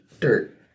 dirt